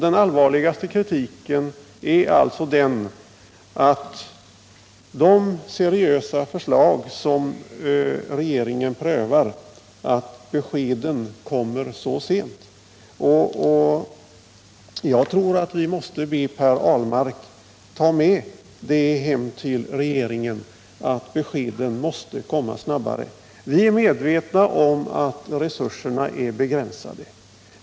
Den allvarligaste kritiken gäller att beskeden om de seriösa förslag som rege ringen prövar kommer så sent. Att de måste komma snabbare tror jag vi måste be Per Ahlmark ta med hem till regeringen. Vi är medvetna om att resurserna är begränsade.